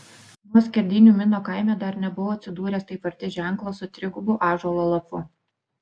nuo skerdynių mino kaime dar nebuvau atsidūręs taip arti ženklo su trigubu ąžuolo lapu